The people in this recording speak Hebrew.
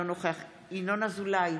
אינו נוכח ינון אזולאי,